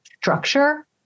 structure